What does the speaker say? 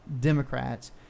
Democrats